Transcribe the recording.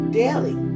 daily